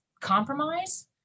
compromise